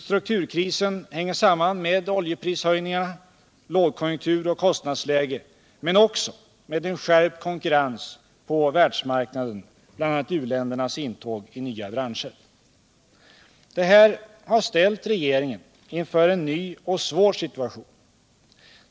Strukturkrisen hänger samman med oljeprishöjningar, lågkonjunktur och kostnadsläge, men också med skärpt konkurrens på världsmarknaden — bl.a. u-ländernas intåg i nya branscher. Det här har ställt regeringen inför en ny och svår situation.